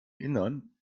innern